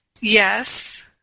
yes